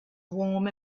warm